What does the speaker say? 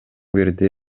бирдей